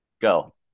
Go